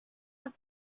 was